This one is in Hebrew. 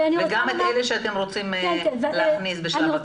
וגם את אלה שאתם רוצים להכניס בשלב הבא.